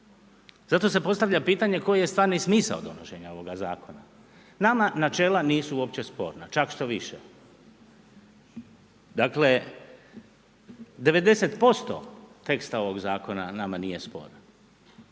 zato se postavlja pitanje, koji je stvarni smisao donošenje ovoga zakona. Nama načela nisu uopće sporna, čak štoviše, dakle, 90% teksta ovog zakona nama nije sporan.